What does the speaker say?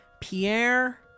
Pierre